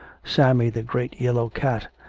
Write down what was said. sammy the great yellow cat,